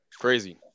Crazy